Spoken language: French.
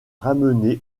ramené